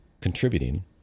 contributing